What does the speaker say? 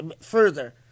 further